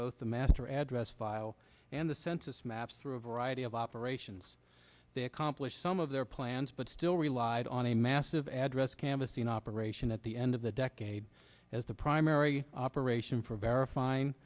both the master address file and the census maps through a variety of operations they accomplished some of their plans but still relied on a massive address canvassing operation at the end of the decade as the primary operation for verifying